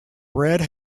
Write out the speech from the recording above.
red